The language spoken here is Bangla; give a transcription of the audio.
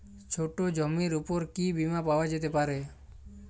ছোট জমির উপর কি বীমা পাওয়া যেতে পারে?